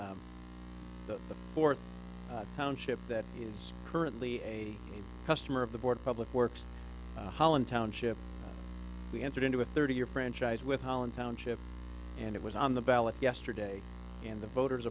the fourth township that is currently a customer of the board public works holland township we entered into a thirty year franchise with holland township and it was on the ballot yesterday and the voters